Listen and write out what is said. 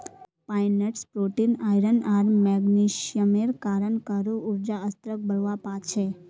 pine nuts protein, iron आर मैग्नीशियमेर कारण काहरो ऊर्जा स्तरक बढ़वा पा छे